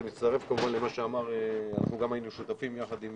זה מצטרף כמובן למה שאמר - גם אנחנו היינו שותפים יחד עם